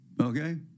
okay